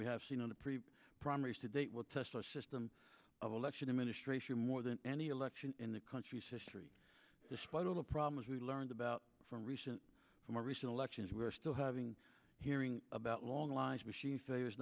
we have seen on the pre primaries to date will test our system of election administration more than any election in the country's history despite all the problems we learned about from recent more recent elections we're still having hearing about long lines machine